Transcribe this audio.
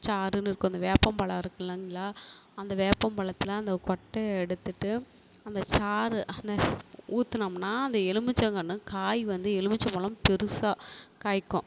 சாறுன்னு இருக்கும் அந்த வேப்பம்பழம் இருக்கு இல்லைங்களா அந்த வேப்பம்பழத்துல அந்த கொட்டையை எடுத்துவிட்டு அந்த சாறு அந்த ஊற்றுனோம்னா அந்த எலுமிச்சங்கன்று காய் வந்து எலுமிச்சம்பழம் பெருசாக காய்க்கும்